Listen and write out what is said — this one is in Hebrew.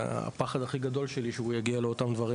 הפחד הכי גדול שלי הוא שהבן שלי יגיע לאותם דברים,